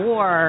War